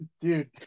Dude